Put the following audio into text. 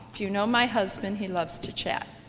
if you know my husband he loves to chat.